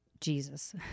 Jesus